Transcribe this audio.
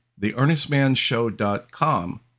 theearnestmanshow.com